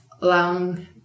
long